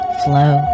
flow